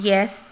Yes